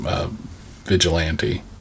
vigilante